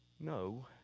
No